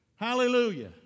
Hallelujah